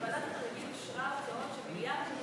ועדת החריגים אישרה הוצאות של מיליארדים